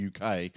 uk